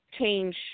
change